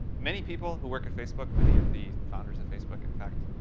many people who work at facebook, many of these founders at facebook in fact,